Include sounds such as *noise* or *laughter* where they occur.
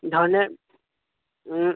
*unintelligible*